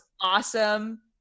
awesome